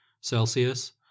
Celsius